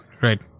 right